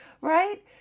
right